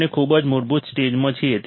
આપણે ખૂબ જ મૂળભૂત સ્ટેજમાં છીએ